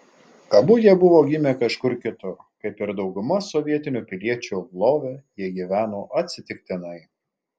abu jie buvo gimę kažkur kitur kaip ir dauguma sovietinių piliečių lvove jie gyveno atsitiktinai